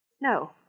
No